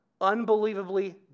unbelievably